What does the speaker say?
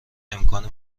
ارتباط